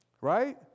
right